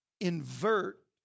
invert